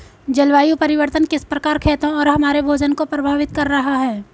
जलवायु परिवर्तन किस प्रकार खेतों और हमारे भोजन को प्रभावित कर रहा है?